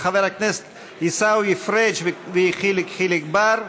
של חבר הכנסת עיסאווי פריג' ויחיאל חיליק בר.